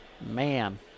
man